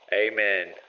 Amen